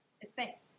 effect